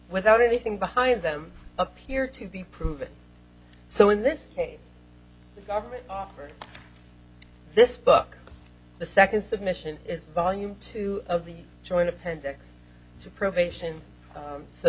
without anything behind them appear to be proven so in this case the government offered this book the second submission is volume two of the joint appendix to probation